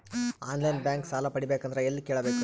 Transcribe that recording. On line bank ಸಾಲ ಪಡಿಬೇಕಂದರ ಎಲ್ಲ ಕೇಳಬೇಕು?